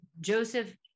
Joseph